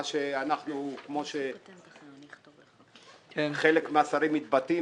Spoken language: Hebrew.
כפי שחלק מהשרים מתבטא,